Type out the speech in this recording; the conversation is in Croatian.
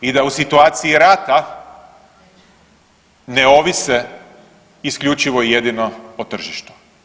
I da u situaciji rata ne ovise isključivo i jedino o tržištu.